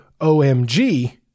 OMG